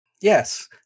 Yes